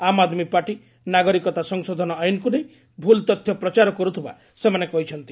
ଆମ୍ ଆଦ୍ମୀ ପାର୍ଟି ନାଗରିକତା ସଂଶୋଧନ ଆଇନକ୍ର ନେଇ ଭ୍ରଲ୍ ତଥ୍ୟ ପ୍ରଚାର କର୍ତ୍ଥବା ସେମାନେ କହିଛନ୍ତି